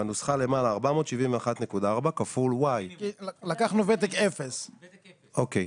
בנוסחה למעלה של 471.4 כפול Y. לקחנו וותק 0. אוקיי.